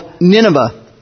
Nineveh